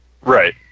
Right